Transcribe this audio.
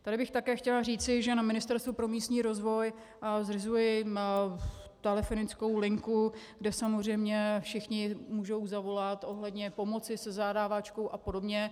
Tady bych také chtěla říci, že na Ministerstvu pro místní rozvoj zřizuji telefonickou linku, kam samozřejmě všichni můžou zavolat ohledně pomoci se zadávačkou apod.